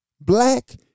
Black